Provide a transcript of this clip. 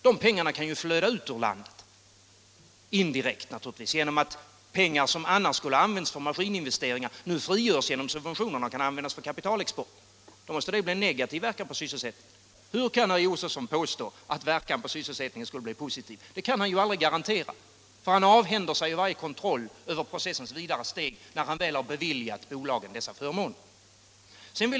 De pengarna kan ju flöda ut ur landet — indirekt naturligtvis, genom att pengar som annars skulle ha använts för maskininvesteringar nu frigörs genom subventioner och kan användas för kapitalexport. Då måste deras verkan på sysselsättningen bli negativ. Hur kan herr Josefson påstå att verkan på sysselsättningen skulle bli positiv? Det kan han aldrig garantera, för han avhänder sig varje kontroll över processens vidare steg när han väl har beviljat bolagen dessa förmåner.